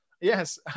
yes